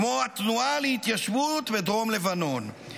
כמו התנועה להתיישבות בדרום לבנון,